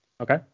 Okay